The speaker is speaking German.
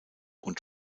und